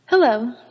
Hello